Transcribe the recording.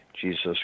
Jesus